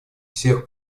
всех